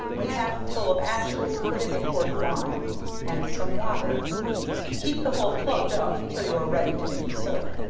when half full of ashes put in a quart of lime and some water keep the hole plugged up till you are ready to make the soap.